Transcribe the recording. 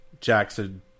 Jackson